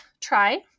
try